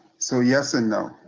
so yes and no.